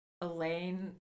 Elaine